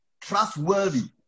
Trustworthy